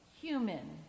human